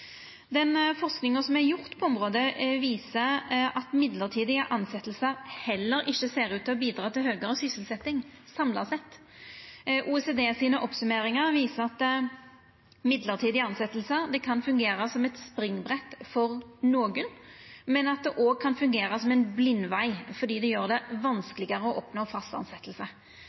Den forskinga som er gjord på området, viser at mellombelse tilsetjingar heller ikkje ser ut til å bidra til høgare sysselsetjing samla sett. Oppsummeringar frå OECD viser at mellombelse tilsetjingar kan fungera som eit springbrett for nokon, men at det òg kan fungera som ein blindveg, fordi det gjer det vanskelegare å oppnå